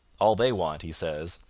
all they want he says,